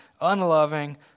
unloving